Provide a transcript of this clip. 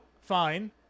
fine